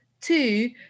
two